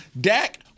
Dak